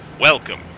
Welcome